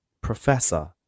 Professor